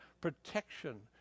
protection